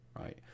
right